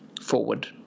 forward